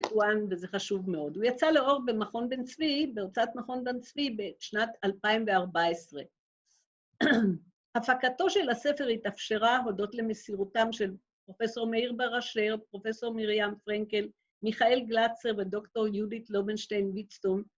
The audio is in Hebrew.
וזה חשוב מאוד. הוא יצא לאור במכון בן צבי, בהוצאת מכון בן צבי, בשנת 2014. הפקתו של הספר התאפשרה, הודות למסירותם של פרופ' מאיר בר אשר, פרופ' מרים פרנקל, מיכאל גלצר ודוקטור יהודית לובנשטיין ויצטום,